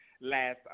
last